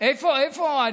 איפה טייבי?